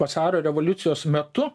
vasario revoliucijos metu